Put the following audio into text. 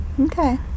Okay